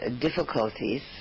difficulties